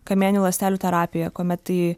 kamieninių ląstelių terapija kuomet į